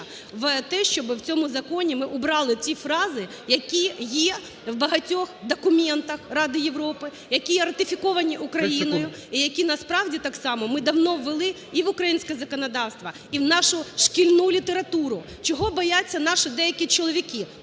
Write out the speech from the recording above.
у те, щоб у цьому законі ми убрали ті фрази, які є у багатьох документах Ради Європи, які ратифіковані Україною і які, насправді, так само ми давно ввели і в українське законодавство, і в нашу шкільну літературу. Чого бояться наші деякі чоловіки?